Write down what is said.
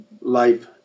life